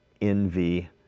envy